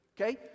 Okay